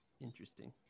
Interesting